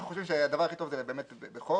אנחנו חושבים שהדבר הכי טוב זה באמת בחוק.